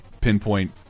pinpoint